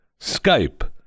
Skype